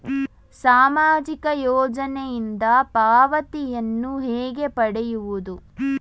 ಸಾಮಾಜಿಕ ಯೋಜನೆಯಿಂದ ಪಾವತಿಯನ್ನು ಹೇಗೆ ಪಡೆಯುವುದು?